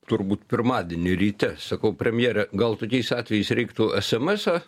turbūt pirmadienį ryt sakau premjere gal tokiais atvejais reiktų esemesą